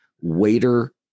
waiter